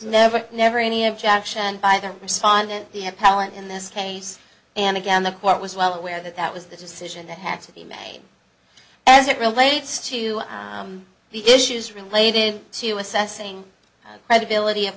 never never any objection by the respondent have pallant in this case and again the court was well aware that that was the decision that had to be made as it relates to the issues related to assessing the credibility of